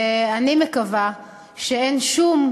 ואני מקווה שאין שום,